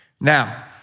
Now